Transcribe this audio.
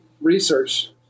research